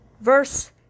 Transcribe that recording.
Verse